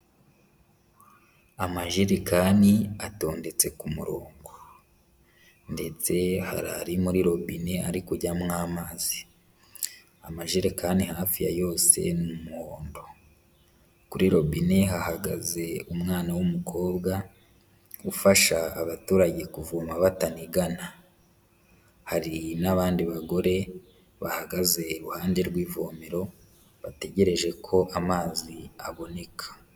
Amajerekani atondetse ku murongo, ndetse hari ari muri robine ari kujyamo amazi, amajerekani hafi ya yose ni umuhombo, kuri robine hahagaze umwana w'umukobwa ufasha abaturage kuvoma batanigana, hari n'abandi bagore bahagaze iruhande rw'ivomero bategereje ko amazi aboneka.